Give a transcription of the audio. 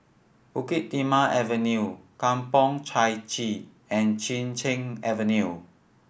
Bukit Timah Avenue Kampong Chai Chee and Chin Cheng Avenue